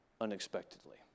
unexpectedly